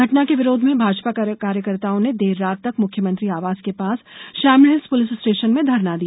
घटना के विरोध में भाजपा कार्यकर्ताओं ने देर रात तक मुख्यमंत्री आवास के पास श्यामला हिल्स पुलिस स्टेशन में धरना दिया